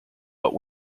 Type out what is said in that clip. but